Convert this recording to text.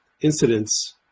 incidents